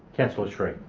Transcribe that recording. councillor sri